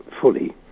fully